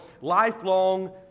Lifelong